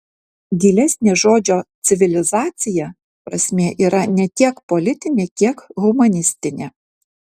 gilesnė žodžio civilizacija prasmė yra ne tiek politinė kiek humanistinė